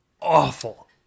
awful